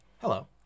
hello